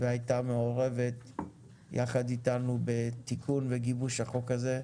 והייתה מעורבת יחד איתנו בתיקון וגיבוש החוק הזה.